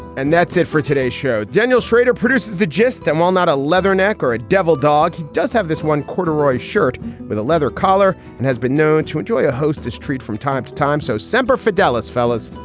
and that's it for today's show. daniel shrader produced the gist. and while not a leatherneck or a devil dog, he does have this one quarter roy shirt with a leather collar and has been known to enjoy a hostess treat from time to time. so semper fidelis, fellas.